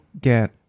get